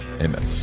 amen